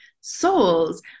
souls